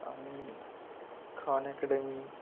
আমি Khan academy